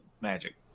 magic